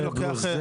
זה פלוס,